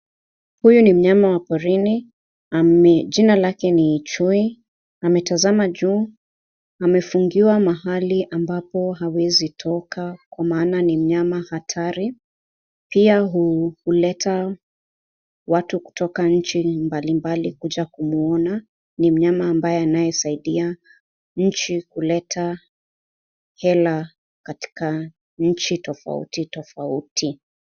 Huyu ni mnyama wa porini. Jina yake ni chui. Ametazama juu. Amefungiwa mahali ambapo hawezi toka kwa maana ni mnyama hatari .Pia huleta watu kutoka nchi mbalimbali kuja kumwona. Ni mnyama ambaye anayesaidia nchi kuleta hela katika nchi tofauti tofauti.